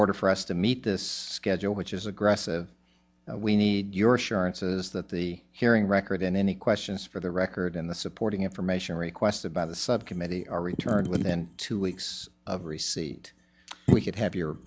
order for us to meet this schedule which is aggressive we need your assurances that the hearing record in any questions for the record in the supporting information requested by the subcommittee are returned within two weeks of receipt we could have your